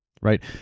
right